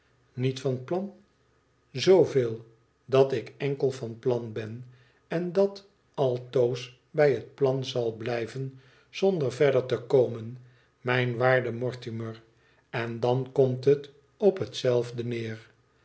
inict van plan zooveel dat ik enkel van plan ben en dat altoos bij het plan zal blijven zonder verder te komen mijn waarde mortimer en dan komt bet op hetzelfde neer